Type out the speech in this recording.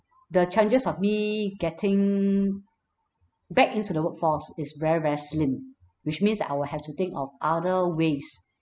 the chances of me getting back into the workforce is very very slim which means that I will have to think of other ways